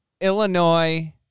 Illinois